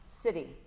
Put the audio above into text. city